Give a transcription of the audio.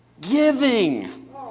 giving